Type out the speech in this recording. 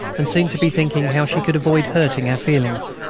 and seemed to be thinking how she could avoid hurting our feelings.